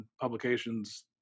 publications